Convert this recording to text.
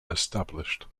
established